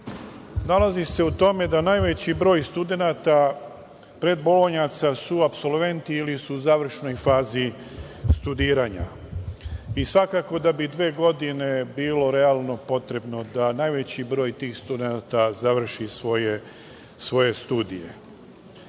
nalazi se u tome da najveći broj studenata, predbolonjaca su apsolventi ili su u završnoj fazi studiranja. Svakako da bi dve godine bile realno potrebne da najveći broj tih studenata završi svoje studije. Naravno,